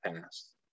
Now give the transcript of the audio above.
past